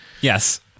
Yes